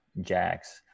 jacks